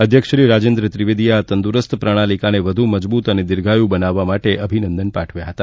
અધ્યક્ષ શ્રી રાજેન્દ્ર ત્રિવેદીએ આ તંદુરસ્ત પ્રણાલિકાને વધુ મજબુત અને દીધાર્યું બનાવવા અભિનંદન પાઠવ્યા હતા